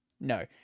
No